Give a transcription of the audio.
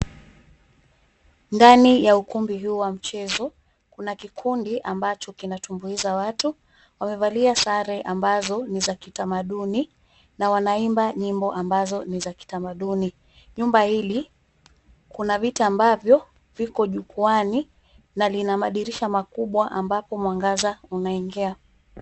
Ndani ya ukumbi huu wa mchezo kuna kikundi ambacho kinatumbuiza watu. Wamevalia sare ambazo ni za kitamaduni na wanaimba nyimbo ambazo ni za kitamaduni. Nyumba hili, kuna viti ambavyo viko jukwaani na lina madirisha makubwa ambapo mwangaza unaingia.